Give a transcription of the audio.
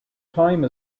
time